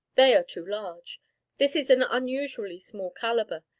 they are too large this is an unusually small calibre,